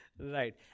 Right